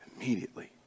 immediately